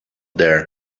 there